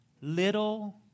Little